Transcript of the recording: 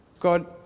God